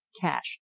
Cash